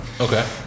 Okay